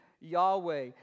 Yahweh